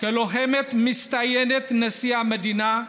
כלוחמת מצטיינת נשיא המדינה,